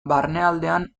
barnealdean